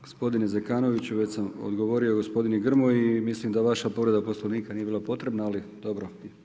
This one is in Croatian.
Gospodine Zekanoviću, već sam odgovorio gospodinu Grmoji i mislim da vaša povreda Poslovnika nije bila potrebna, ali dobro.